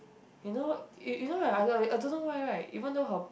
you know you you know my mother I don't know why right even though her